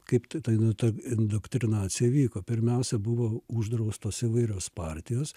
kaip tai nu ta indoktrinacija vyko pirmiausia buvo uždraustos įvairios partijos